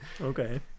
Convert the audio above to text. Okay